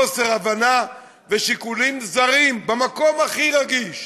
חוסר הבנה ושיקולים זרים במקום הכי רגיש,